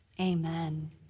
amen